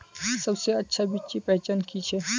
सबसे अच्छा बिच्ची पहचान की छे?